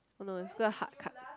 oh no is got the hard card